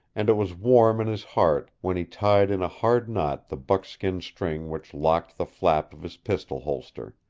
and it was warm in his heart when he tied in a hard knot the buckskin string which locked the flap of his pistol holster.